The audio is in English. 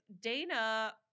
Dana